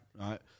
right